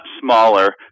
smaller